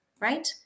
right